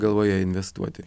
galvoje investuoti